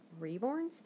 Reborns